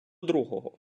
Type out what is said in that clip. другого